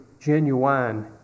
genuine